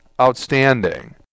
outstanding